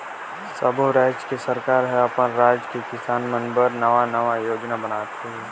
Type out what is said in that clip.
सब्बो रायज के सरकार हर अपन राज के किसान मन बर नांवा नांवा योजना बनाथे